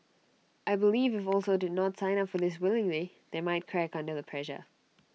I believe if also did not sign up for this willingly they might crack under the pressure